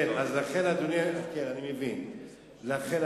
לכן אני אומר: